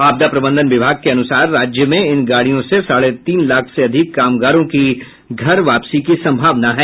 आपदा प्रबंधन विभाग के अनुसार राज्य में इन गाडियों से साढे तीन लाख से अधिक कामगारों की घर वापसी की संभावना है